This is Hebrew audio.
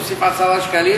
להוסיף 10 שקלים,